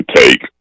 take